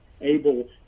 able